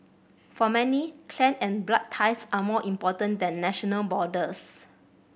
for many clan and blood ties are more important than national borders